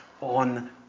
on